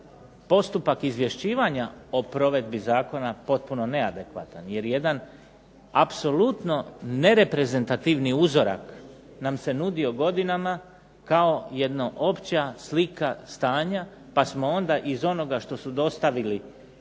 postupak izvješćivanja o provedbi zakona potpuno neadekvatan, jer jedan apsolutno nereprezentativni uzorak nam se nudio godinama kao jedna opća slika stanja, pa smo onda iz onoga što su dostavili oni koji